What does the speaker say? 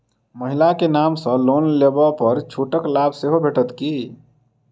महिला केँ नाम सँ लोन लेबऽ पर छुटक लाभ सेहो भेटत की?